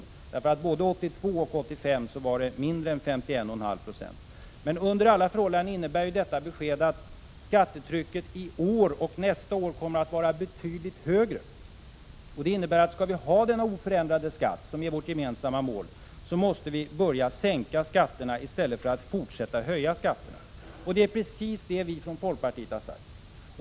Både 1982 och 1985 var ju skattetrycket mindre än 51,5 26. Men under alla förhållanden innebär detta besked att skattetrycket i år och nästa år kommer att vara betydligt högre. Skall vi ha detta oförändrade skattetryck som vårt gemensamma mål, innebär det att vi måste börja sänka skatterna i stället för att fortsätta att höja dem. Och det är precis vad vi från folkpartiet har sagt.